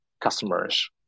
customers